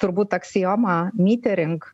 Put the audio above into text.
turbūt aksioma myterink